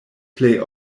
plej